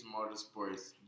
Motorsports